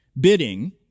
bidding